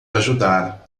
ajudar